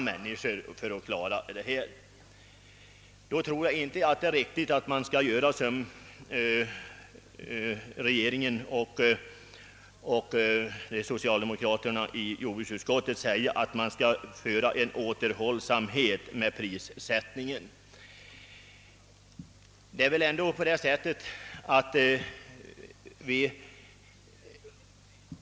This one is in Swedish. Därför är det inte riktigt att säga — som regeringen och socialdemokraterna i jordbruksutskottet gör — att »det måste visas återhållsamhet vid jordbrukets prissättning».